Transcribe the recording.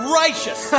righteous